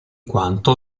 quanto